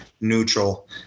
neutral